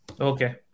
Okay